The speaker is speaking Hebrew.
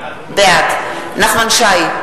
בעד נחמן שי,